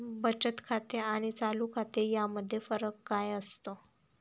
बचत खाते आणि चालू खाते यामध्ये फरक काय असतो?